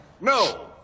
No